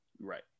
Right